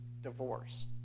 divorce